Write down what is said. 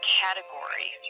category